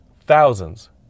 Thousands